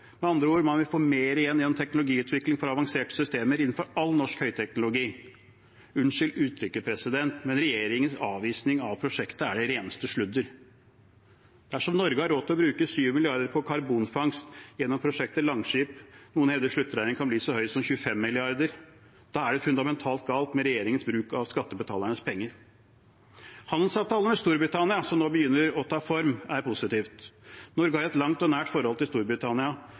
Med andre ord: Man vil få mer igjen i en teknologiutvikling for avanserte systemer innenfor all norsk høyteknologi. Unnskyld uttrykket, president, men regjeringens avvisning av prosjektet er det reneste sludder. Dersom Norge har råd til å bruke 7 mrd. kr på karbonfangst gjennom prosjektet Langskip – noen hevder sluttregningen kan bli så høy som 25 mrd. kr – er det noe fundamentalt galt med regjeringens bruk av skattebetalernes penger. Handelsavtalen med Storbritannia – som nå begynner å ta form – er positiv. Norge har et langt og